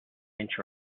inch